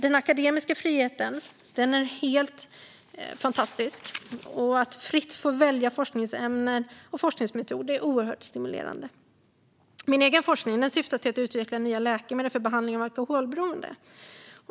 Den akademiska friheten är helt fantastisk. Att fritt få välja forskningsämne och forskningsmetod är oerhört stimulerande. Min egen forskning syftar till att utveckla nya läkemedel för behandling av alkoholberoende.